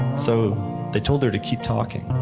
so they told her to keep talking.